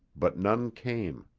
but none came.